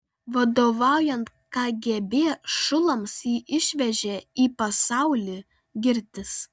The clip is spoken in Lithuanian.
vadovaujant kgb šulams jį išvežė į pasaulį girtis